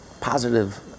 Positive